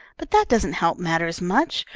but that doesn't help matters much,